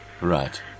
Right